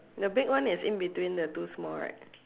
the big one is in between the two small right